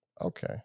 okay